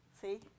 See